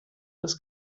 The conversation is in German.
das